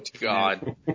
God